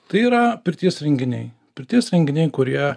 tai yra pirties renginiai pirties renginiai kurie